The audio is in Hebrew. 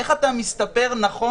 למשל על איך אתה מסתפר נכון.